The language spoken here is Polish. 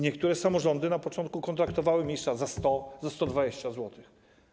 Niektóre samorządy na początku kontraktowały miejsca za 100 zł, za 120 zł.